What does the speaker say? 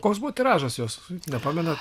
koks buvo tiražas jos nepamenat